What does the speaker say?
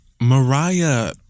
Mariah